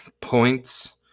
points